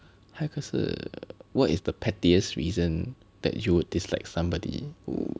还有一个是 what is the pettiest reason that you would dislike somebody who